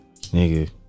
nigga